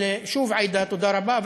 אבל שוב, עאידה, תודה רבה.